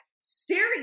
staring